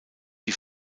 die